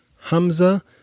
Hamza